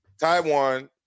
Taiwan